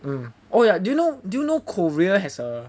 oh yeah do you know do you know Korea has a